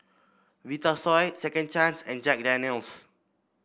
Vitasoy Second Chance and Jack Daniel's